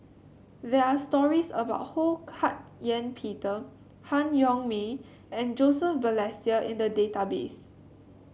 there are stories about Ho Hak Ean Peter Han Yong May and Joseph Balestier in the database